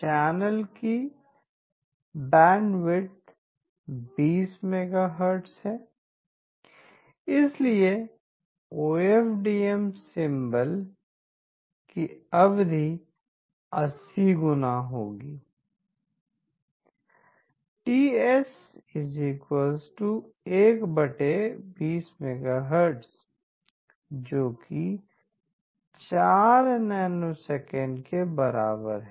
channel की bandwidth 20 megahertz है इसलिए O F D M symbol की अवधि 80 गुणा होगी Ts 1 20MHz जो 4 μs के बराबर है